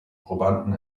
probanden